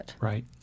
Right